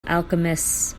alchemists